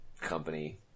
company